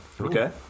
okay